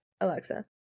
Alexa